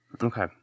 Okay